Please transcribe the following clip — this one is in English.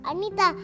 Anita